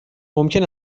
ممکن